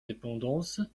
dépendances